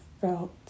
felt